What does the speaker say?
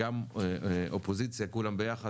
גם אופוזיציה כולם ביחד,